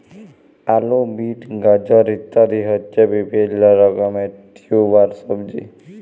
আলু, বিট, গাজর ইত্যাদি হচ্ছে বিভিল্য রকমের টিউবার সবজি